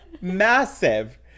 massive